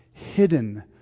hidden